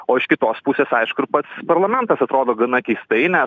o iš kitos pusės aišku ir pats parlamentas atrodo gana keistai nes